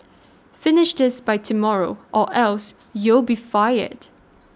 finish this by tomorrow or else you'll be fired